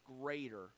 greater